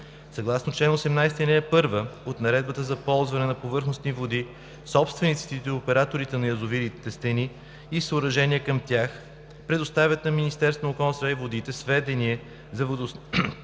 Съгласно чл. 18, ал. 1 от Наредбата за ползване на повърхностни води собствениците или операторите на язовирните стени и съоръжения към тях предоставят на Министерството на околната среда и водите сведение за водостопанския